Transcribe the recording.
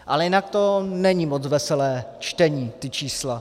Ale jinak to není moc veselé čtení, ta čísla.